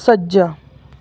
ਸੱਜਾ